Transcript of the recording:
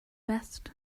best